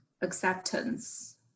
acceptance